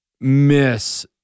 miss